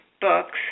books